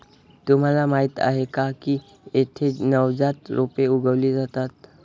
तुम्हाला माहीत आहे का की येथे नवजात रोपे उगवली जातात